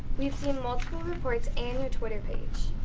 we've seen multiple reports and your twitter page.